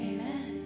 Amen